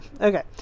okay